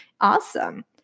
Awesome